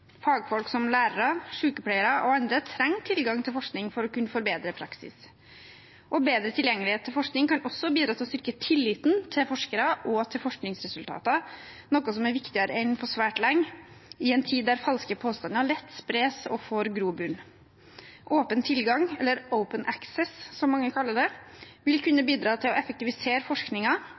Fagfolk som lærere, sykepleiere og andre trenger tilgang til forskning for å kunne forbedre praksis. Bedre tilgjengelighet til forskning kan også bidra til å styrke tilliten til forskere og til forskningsresultater, noe som er viktigere enn på svært lenge, i en tid da falske påstander lett spres og får grobunn. Åpen tilgang, eller «open access», som mange kaller det, vil kunne bidra til å effektivisere